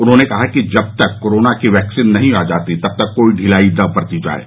उन्होंने कहा कि जब तक कोरोना की वैक्सीन नहीं आ जाती तब तक कोई ढ़िलाई न बरती जाये